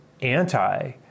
anti